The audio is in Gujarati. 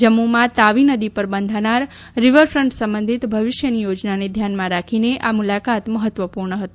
જમ્મુમાં તાવી નદી પર બંધાનાર રિવરફન્ટ સંબંધિત ભવિષ્યની યોજનાને ધ્યાનમાં રાખીને આ મુલાકાત મહત્વપૂર્ણ હતી